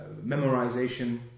memorization